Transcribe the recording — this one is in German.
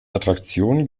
attraktionen